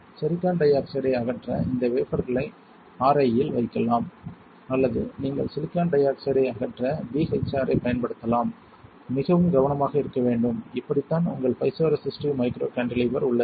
silicon டை ஆக்சைடை அகற்ற இந்த வேஃபர்களை RI இல் வைக்கலாம் அல்லது நீங்கள் சிலிக்கான் டை ஆக்சைடை அகற்ற BHR ஐப் பயன்படுத்தலாம் மிகவும் கவனமாக இருக்க வேண்டும் இப்படித்தான் உங்கள் பைசோரெசிஸ்டிவ் மைக்ரோ கான்டிலீவர் உள்ளது